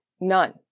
none